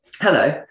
Hello